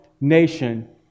nation